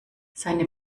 seine